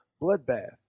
Bloodbath